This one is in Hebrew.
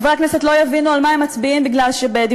חברי הכנסת לא יבינו על מה הם מצביעים מפני שבדברי